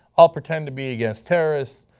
ah pretend to be against terrorists,